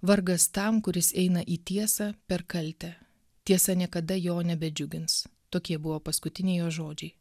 vargas tam kuris eina į tiesą per kaltę tiesa niekada jo nebedžiugins tokie buvo paskutiniai jo žodžiai